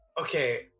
Okay